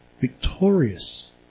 victorious